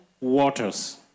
waters